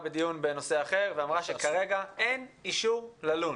בדיון בנושא אחר ואמרה שכרגע אין אישור ללון.